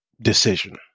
decision